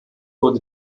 wurde